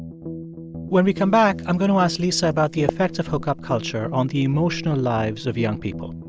when we come back, i'm going to ask lisa about the effects of hookup culture on the emotional lives of young people.